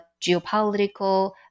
geopolitical